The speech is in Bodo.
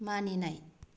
मानिनाय